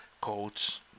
codes